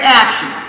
action